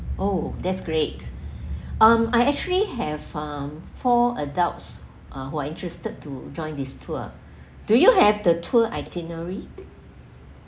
oh that's great um I actually have um four adults uh who are interested to join this tour do you have the tour itinerary